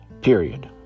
period